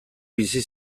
bizi